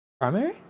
primary